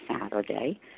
Saturday